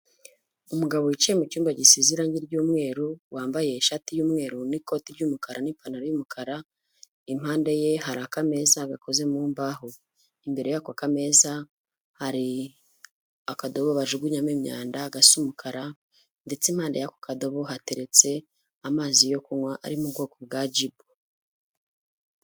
Umugabo wicaye mu cyumba gisize irange ry'umweru, wambaye ishati y'umweru n'ikote ry'umukara n'ipantaro y'umukara; impande ye hari akameza gakoze mu mbaho, imbere y'ako kameza hari akadobo bajugunyamo imyanda gasa umukara; ndetse impande y'ako kadobo hateretse amazi yo kunywa ari mu bwoko bwa Jibu.